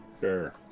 Sure